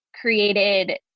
created